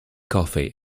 coffee